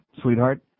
sweetheart